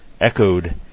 echoed